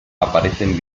aparecen